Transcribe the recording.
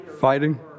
Fighting